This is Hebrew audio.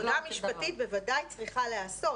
העבודה המשפטית בוודאי צריכה להיעשות,